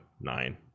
nine